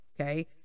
Okay